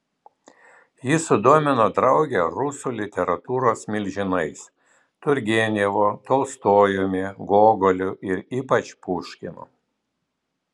ji sudomino draugę rusų literatūros milžinais turgenevu tolstojumi gogoliu ir ypač puškinu